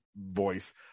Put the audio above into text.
voice